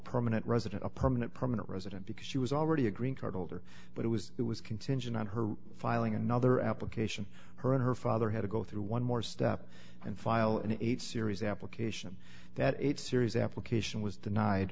permanent resident a permanent permanent resident because she was already a green card holder but it was it was contingent on her filing another application her and her father had to go through one more step and file an eight series application that eight series application was denied